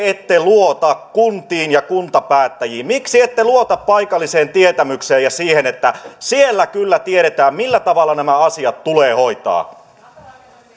ette luota kuntiin ja kuntapäättäjiin miksi ette luota paikalliseen tietämykseen ja siihen että siellä kyllä tiedetään millä tavalla nämä asiat tulee hoitaa